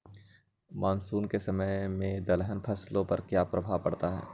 Monsoon के समय में दलहन फसलो पर क्या प्रभाव पड़ता हैँ?